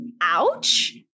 ouch